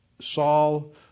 Saul